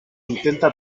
intenta